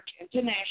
International